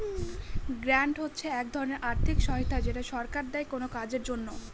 grant হচ্ছে এক ধরনের আর্থিক সহায়তা যেটা সরকার দেয় কোনো কাজের জন্য